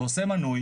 עושה מנוי